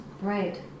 Right